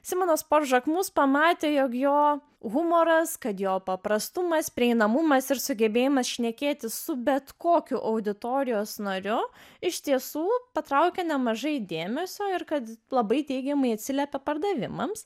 simonas por žakmus pamatė jog jo humoras kad jo paprastumas prieinamumas ir sugebėjimas šnekėtis su bet kokiu auditorijos nariu iš tiesų patraukia nemažai dėmesio ir kad labai teigiamai atsiliepia pardavimams